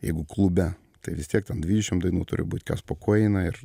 jeigu klube tai vis tiek ten daidvidešim dainų turi būt kas po ko eina ir